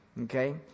okay